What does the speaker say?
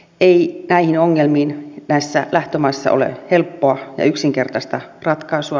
ei näihin ongelmiin näissä lähtömaissa ole helppoa ja yksinkertaista ratkaisua